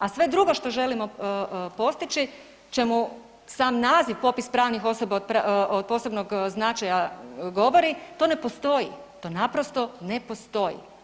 A sve drugo što želimo postići ćemo sam naziv popis pravnih osoba od posebnog značaja govori, to ne postoji, to naprosto ne postoji.